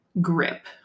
grip